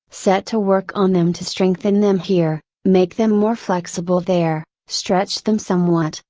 set to work on them to strengthen them here, make them more flexible there, stretch them somewhat,